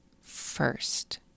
first